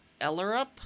Ellerup